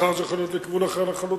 מחר זה יכול להיות לכיוון אחר לחלוטין,